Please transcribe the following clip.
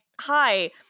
hi